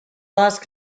lost